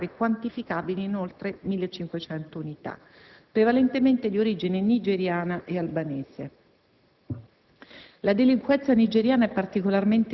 La condizione di grave degrado che ne seguì ha favorito, grazie ai bassi livelli dei canoni di locazione degli edifici ridotti in pessimo stato dagli occupanti,